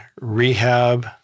rehab